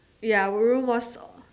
ya our room was